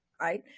right